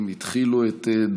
ובטוח, שתצליח בתפקיד.